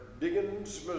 Diggins